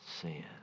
sin